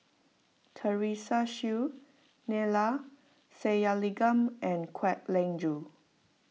Teresa Hsu Neila Sathyalingam and Kwek Leng Joo